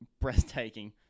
breathtaking